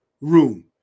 room